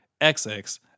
XX